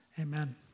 amen